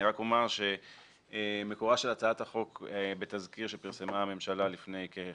אני רק אומר שמקורה של הצעת החוק בתזכיר שפרסמה הממשלה לפני כחודשיים.